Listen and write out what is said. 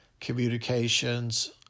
communications